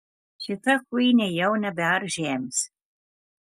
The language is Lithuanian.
šita kuinė jau nebears žemės